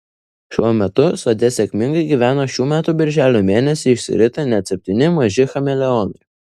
šiuo metu sode sėkmingai gyvena šių metų birželio mėnesį išsiritę net septyni maži chameleonai